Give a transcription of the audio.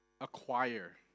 acquire